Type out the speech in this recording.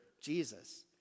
Jesus